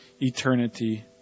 eternity